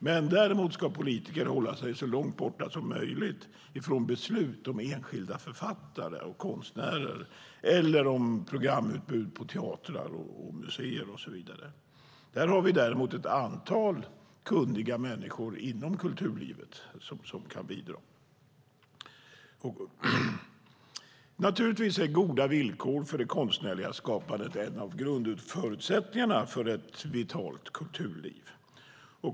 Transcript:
Men politiker ska hålla sig så långt borta som möjligt från beslut om enskilda författare och konstnärer eller om programutbud på teatrar, museer och så vidare. Där har vi däremot ett antal kunniga människor inom kulturlivet som kan bidra. Naturligtvis är goda villkor för det konstnärliga skapandet en av grundförutsättningarna för ett vitalt kulturliv.